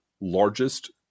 largest